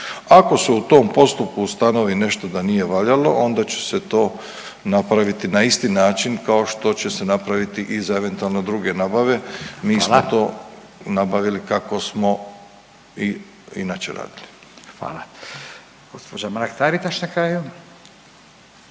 Ako se u tom postupku ustanovi nešto da nije valjalo, onda će se to napraviti na isti način kao što će se napraviti i za eventualno druge nabave. Mi smo to nabavili kako smo i inače radili. **Radin, Furio (Nezavisni)** Hvala. Gospođa Mrak-Taritaš na kraju.